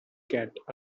get